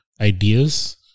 ideas